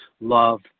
love